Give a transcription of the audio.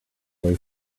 way